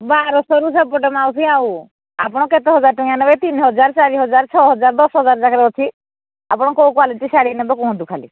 ବାରଶହରୁ ସେପଟେ ମାଉସୀ ଆଉ ଆପଣ କେତେ ହଜାର ଟଙ୍କିଆ ନେବେ ତିନି ହଜାର ଚାରି ହଜାର ଛଅ ହଜାର ଦଶ ହଜାର ଯାକ ଅଛି ଆପଣ କେଉଁ କ୍ୱାଲିଟି ଶାଢ଼ୀ ନେବେ କୁହନ୍ତୁ ଖାଲି